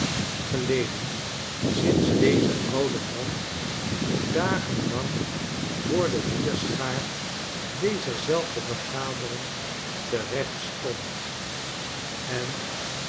geleden sinds deze oude man dagen lang voor dg vierschaar dezer zelfde vergadering terecht stond en